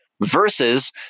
Versus